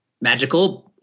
magical